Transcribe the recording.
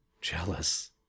Jealous